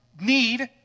need